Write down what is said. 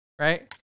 right